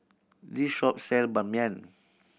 this shop sell Ban Mian